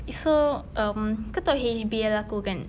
so um kau tahu H_B_L aku kan